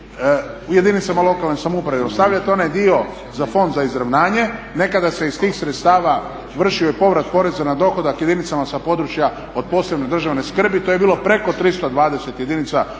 u jedinicama lokalne samouprave, ostavljate onaj dio za Fond za izravnanje. Nekada se iz tih sredstava vršio i povrat poreza na dohodak jedinicama sa područja od posebne državne skrbi. To je bilo preko 320 jedinica lokalne